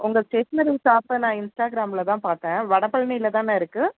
உங்கள் ஸ்டேஷ்னரி ஷாப்பை நான் இன்ஸ்டாகிராமில் தான் பார்த்தேன் வடபழனில தானே இருக்குது